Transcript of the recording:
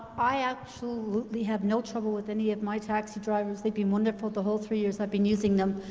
i absolutely have no trouble with any of my taxi drivers they've been wonderful the whole three years i've been using them,